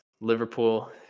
Liverpool